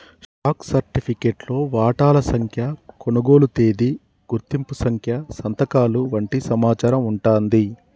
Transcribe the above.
stock సర్టిఫికేట్లో వాటాల సంఖ్య, కొనుగోలు తేదీ, గుర్తింపు సంఖ్య సంతకాలు వంటి సమాచారం వుంటాంది